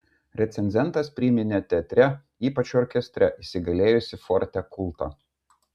recenzentas priminė teatre ypač orkestre įsigalėjusį forte kultą